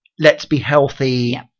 let's-be-healthy